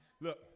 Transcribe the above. Look